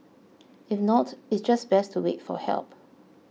if not it's just best to wait for help